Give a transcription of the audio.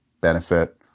benefit